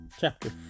chapter